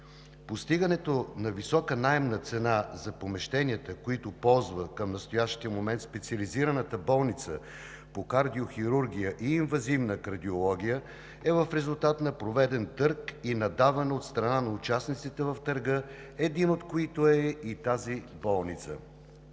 Постигането на висока наемна цена за помещенията, които ползва към настоящия момент Специализираната болница по кардиохирургия и инвазивна кардиология, е в резултат на проведен търг и наддаване от страна на участниците в търга, един от които е и тази болница.